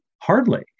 Hardly